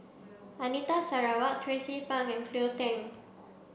Anita Sarawak Tracie Pang and Cleo Thang